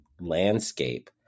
landscape